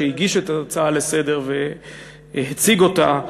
שהגיש את ההצעה לסדר-היום והציג אותה,